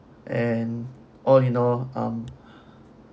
and all you know um